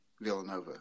Villanova